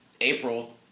April